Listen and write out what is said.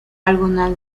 algunas